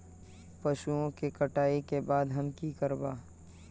पशुओं के कटाई के बाद हम की करवा?